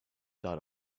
dot